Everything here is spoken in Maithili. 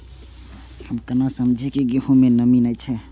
हम केना समझये की गेहूं में नमी ने छे?